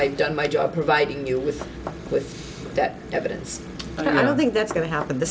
i've done my job providing you with with that evidence and i don't think that's going to happen t